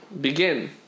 Begin